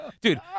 dude